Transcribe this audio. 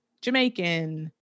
Jamaican